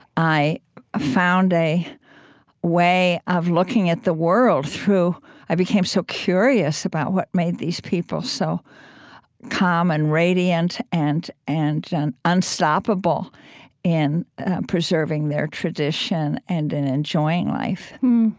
i ah found a way of looking at the world through i became so curious about what made these people so calm and radiant and and and unstoppable in preserving their tradition and in enjoying life